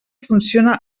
funciona